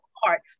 heart